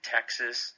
Texas